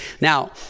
Now